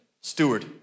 steward